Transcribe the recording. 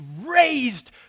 raised